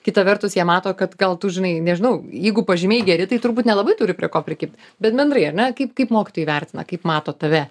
kita vertus jie mato kad gal tu žinai nežinau jeigu pažymiai geri tai turbūt nelabai turi prie ko prikibt bet bendrai ar ne kaip kaip mokytojai vertina kaip mato tave